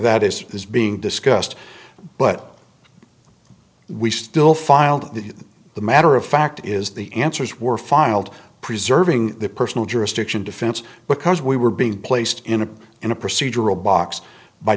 that is is being discussed but we still filed the the matter of fact is the answers were filed preserving the personal jurisdiction defense because we were being placed in a in a procedural box by